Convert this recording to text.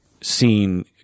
seen